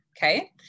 Okay